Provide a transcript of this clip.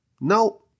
No